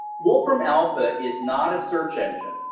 wolfram alpha is not a search engine.